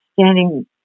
standing